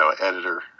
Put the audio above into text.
editor